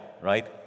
right